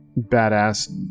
Badass